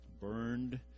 burned